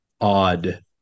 odd